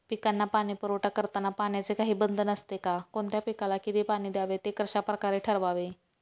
पिकांना पाणी पुरवठा करताना पाण्याचे काही बंधन असते का? कोणत्या पिकाला किती पाणी द्यावे ते कशाप्रकारे ठरवावे?